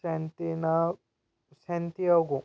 Santina Santiago